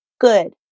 good